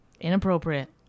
inappropriate